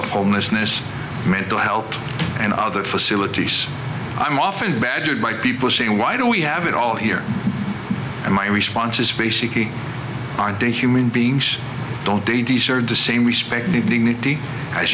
of homelessness mental health and other facilities i'm often badgered by people saying why don't we have it all here and my response is basically our day human beings don't they deserve the same respect dignity as